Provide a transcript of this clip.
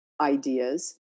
ideas